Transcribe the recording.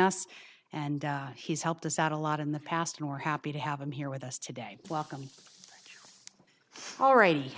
us and he's helped us out a lot in the past and we're happy to have him here with us today welcome all right